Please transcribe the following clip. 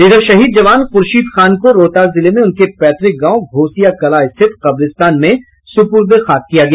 इधर शहीद जवान ख़ुर्शीद खान को रोहतास जिले में उनके पैतुक गांव घोसिया कलां स्थित कब्रिस्तान में सुपुर्द ए खाक किया गया